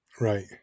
Right